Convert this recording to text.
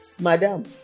madam